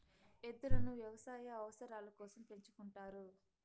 ఎద్దులను వ్యవసాయ అవసరాల కోసం పెంచుకుంటారు